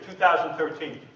2013